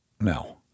No